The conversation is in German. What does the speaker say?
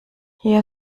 hier